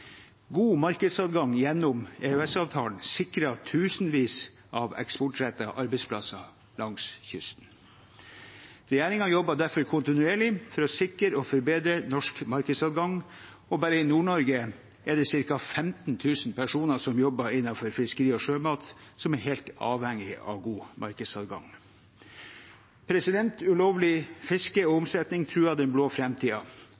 God markedsadgang gjennom EØS-avtalen sikrer tusenvis av eksportrettede arbeidsplasser langs kysten. Regjeringen jobber derfor kontinuerlig for a? sikre og forbedre norsk markedsadgang. Bare i Nord-Norge er det ca. 15 000 personer som jobber i fiskeri- og sjømatnæringen, og som er helt avhengige av god markedsadgang. Ulovlig fiske og